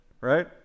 Right